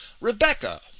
Rebecca